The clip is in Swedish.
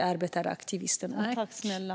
arbetaraktivisten Ismail Bakhshi.